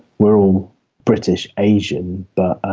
we're all british asian but